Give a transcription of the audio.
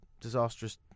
disastrous